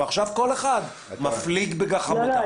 ועכשיו כל אחד מפליג בגחמותיו.